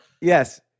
Yes